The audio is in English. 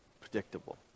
predictable